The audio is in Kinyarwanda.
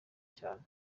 cyane